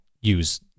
use